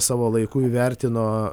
savo laiku įvertino